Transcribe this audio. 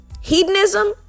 hedonism